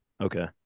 Okay